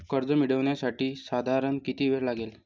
कर्ज मिळविण्यासाठी साधारण किती वेळ लागेल?